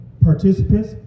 participants